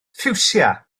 ffiwsia